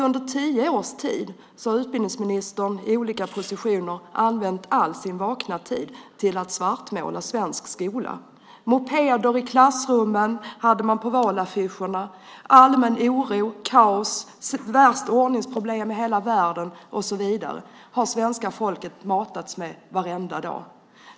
Under tio års tid har den nuvarande utbildningsministern i olika positioner använt all sin vakna tid till att svartmåla svensk skola. Mopeder i klassrummen hade man på valaffischerna. Allmän oro, kaos, de värsta ordningsproblemen i hela världen och så vidare - det har svenska folket matats med varenda dag.